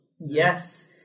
Yes